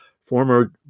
former